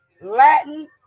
latin